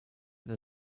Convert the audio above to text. that